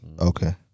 Okay